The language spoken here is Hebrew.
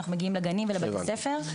אנחנו מגיעים לגנים ולבתי הספר.